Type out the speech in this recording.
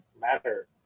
matter